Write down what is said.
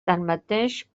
tanmateix